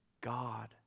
God